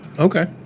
Okay